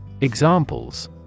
Examples